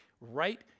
Right